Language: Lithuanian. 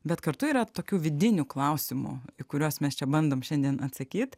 bet kartu yra tokių vidinių klausimų kuriuos mes čia bandom šiandien atsakyt